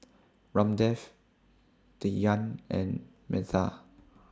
Ramdev Dhyan and Medha